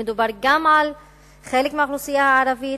מדובר גם על חלק מהאוכלוסייה הערבית,